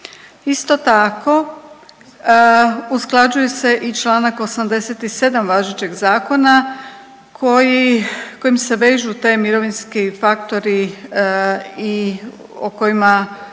Isto tako, usklađuje se i članak 87. važećeg zakona kojim se vežu ti mirovinski faktori po kojima